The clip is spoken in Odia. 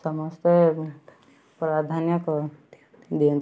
ସମସ୍ତେ ପ୍ରାଧାନ୍ୟ ଦିଅନ୍ତି